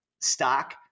stock